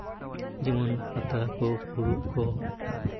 ᱡᱮᱢᱚᱱ ᱟᱫᱽᱨᱟ ᱠᱚ ᱦᱩᱲᱩ ᱠᱚ